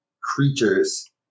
creatures